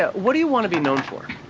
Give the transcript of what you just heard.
ah what do you want to be known for?